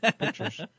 pictures